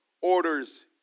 orders